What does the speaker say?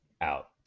out